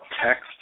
text